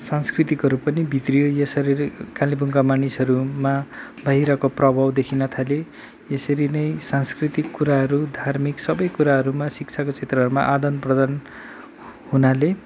सांस्कृतिहरू पनि बिग्रियो यसरी कालेबुङका मानिसहरूमा बाहिरको प्रभाव देखिन थाले यसरी नै सांस्कृतिक कुराहरू धार्मिक सबै कुराहरूमा शिक्षाको क्षेत्रहरूमा आदान प्रदान हुनाले